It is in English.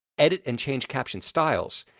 edit and change caption styles,